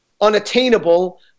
unattainable